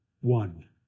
one